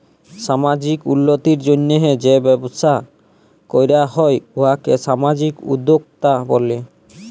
সামাজিক উল্লতির জ্যনহে যে ব্যবসা ক্যরা হ্যয় উয়াকে সামাজিক উদ্যোক্তা ব্যলে